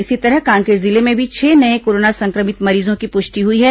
इसी तरह कांकेर जिले में भी छह नये कोरोना संक्रमित मरीजों की पुष्टि हुई है